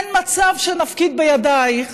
אין מצב שנפקיד בידייך